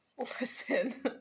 Listen